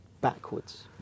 backwards